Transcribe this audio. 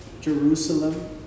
Jerusalem